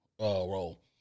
role